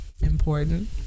important